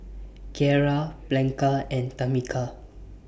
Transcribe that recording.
Kiera Blanca and Tamica